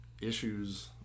issues